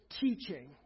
teaching